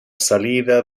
salida